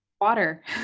water